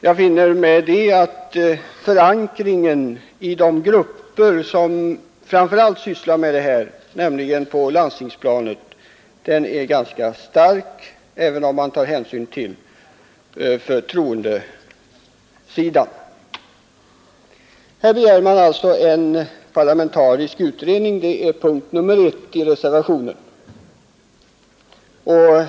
Jag anser därmed att förankringen i de grupper där man framför allt sysslar med de här frågorna, nämligen på landstingsplanet, är ganska stark, och det gäller även om vi tar hänsyn till förtroendemannasidan. Man begär alltså en parlamentarisk utredning i punkten A i reservationen.